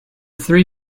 three